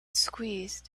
squeezed